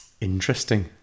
Interesting